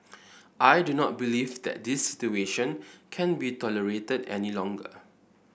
I do not believe that this situation can be tolerated any longer